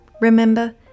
Remember